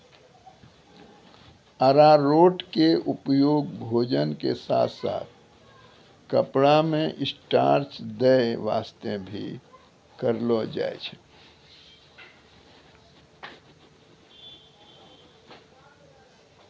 अरारोट के उपयोग भोजन के साथॅ साथॅ कपड़ा मॅ स्टार्च दै वास्तॅ भी करलो जाय छै